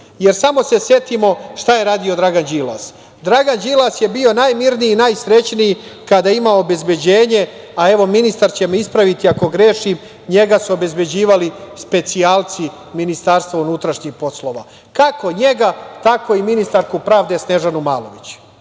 samo se setimo šta je radio Dragan Đilas. Dragan Đilas je bio najmirniji i najsrećniji kada je imao obezbeđenje, a evo ministar će me ispraviti ako grešim, njega su obezbeđivali specijalci MUP-a, kako njega tako i ministarku pravde Snežanu Malović,